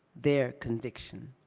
their conviction.